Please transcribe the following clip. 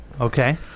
Okay